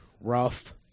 rough